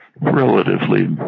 relatively